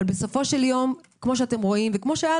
אבל בסופו של יום כפי שאתם רואים וכפי שהיה